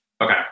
Okay